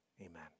amen